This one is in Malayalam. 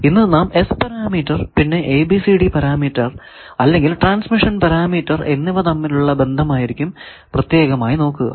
ഇന്ന് നാം S പാരാമീറ്റർ പിന്നെ ABCD പാരാമീറ്റർ അല്ലെങ്കിൽ ട്രാൻസ്മിഷൻ പാരാമീറ്റർ എന്നിവ തമ്മിലുള്ള ബന്ധമായിരിക്കും പ്രത്യേകമായി നോക്കുക